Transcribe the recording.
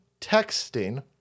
texting